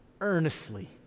earnestly